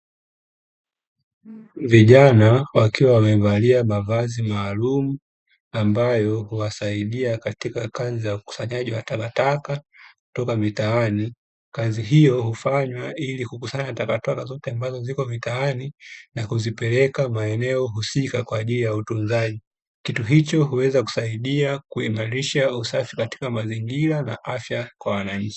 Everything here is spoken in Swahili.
Vijana wakiwa wamevalia mavazi maalumu ambayo huwasaidia katika kazi za ukusanyaji wa takataka kutoka mitaani. Kazi hiyo hufanywa ili kukusanya takataka zote ambazo ziko mitaani, na kuzipeleka maeneo husika kwa ajili ya utunzaji. Kitu hicho huweza kusaidia kuimarisha usafi katika mazingira na afya kwa wananchi.